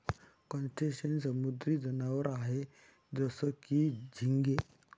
crustacean समुद्री जनावर आहे जसं की, झिंगे